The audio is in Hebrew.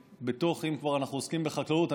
אם כבר אנחנו עוסקים בחקלאות,